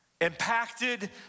impacted